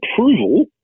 approval